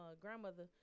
grandmother